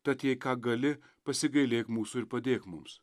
tad jei ką gali pasigailėk mūsų ir padėk mums